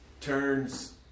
turns